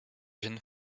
jeunes